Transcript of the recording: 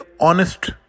honest